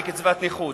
לקצבת נכות.